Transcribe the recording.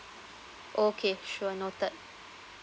okay sure noted